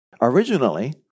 Originally